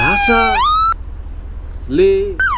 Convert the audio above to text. भाषाले